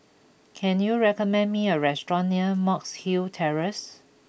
can you recommend me a restaurant near Monk's Hill Terrace